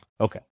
Okay